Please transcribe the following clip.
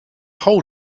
whole